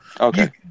Okay